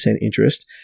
interest